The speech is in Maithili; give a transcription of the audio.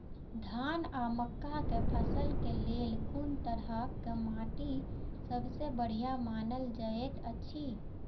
धान आ मक्का के फसल के लेल कुन तरह के माटी सबसे बढ़िया मानल जाऐत अछि?